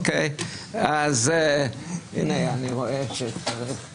אבל מה שאתה בעצמך